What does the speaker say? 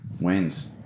wins